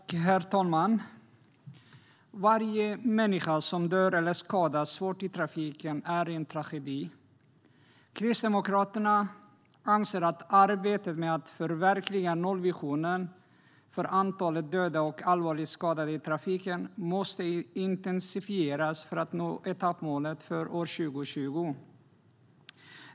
Herr talman! Varje människa som dör eller skadas svårt i trafiken är en tragedi. Kristdemokraterna anser att arbetet med att förverkliga nollvisionen för antalet dödade och allvarligt skadade i trafiken måste intensifieras för att nå etappmålet för år 2020.